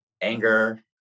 anger